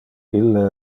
ille